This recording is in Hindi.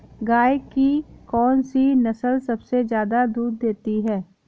गाय की कौनसी नस्ल सबसे ज्यादा दूध देती है?